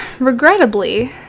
regrettably